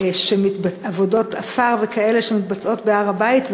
עפר וכאלה שמתבצעות בהר-הבית,